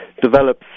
Develop